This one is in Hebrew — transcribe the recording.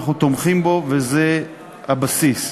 אנחנו תומכים בו וזה הבסיס.